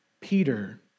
Peter